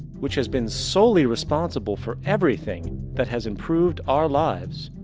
which has been solely responsible for everything that has improved our lives,